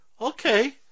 okay